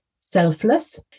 selfless